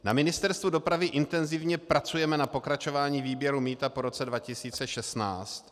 Na Ministerstvu dopravy intenzivně pracujeme na pokračování výběru mýta po roce 2016.